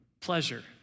pleasure